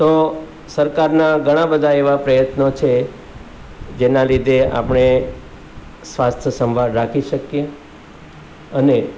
તો સરકારના ઘણા બધા એવા પ્રયત્નો છે જેના લીધે આપણે સ્વાસ્થ્યસંભાળ રાખી શકીએ અને